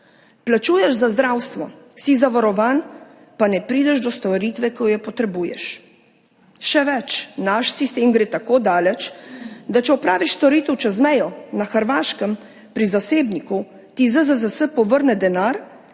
Plačuješ za zdravstvo, si zavarovan, pa ne prideš do storitve, ko jo potrebuješ. Še več, naš sistem gre tako daleč, da če opraviš storitev čez mejo, na Hrvaškem pri zasebniku, ti ZZZS povrne denar,